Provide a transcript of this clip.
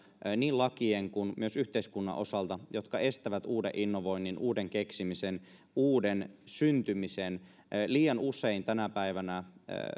niin lakien kuin yhteiskunnan osalta kaikkia mahdollisia esteitä ja rajoituksia jotka estävät uuden innovoinnin uuden keksimisen uuden syntymisen liian usein tänä päivänä